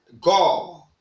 God